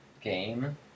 game